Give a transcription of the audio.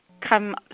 come